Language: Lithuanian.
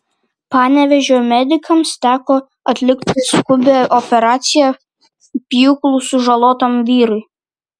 panevėžio medikams teko atlikti skubią operaciją pjūklu sužalotam vyrui